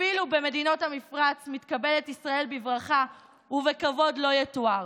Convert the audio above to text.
אפילו במדינות המפרץ מתקבלת ישראל בברכה ובכבוד לא יתואר.